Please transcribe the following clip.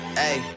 hey